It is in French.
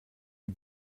est